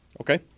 Okay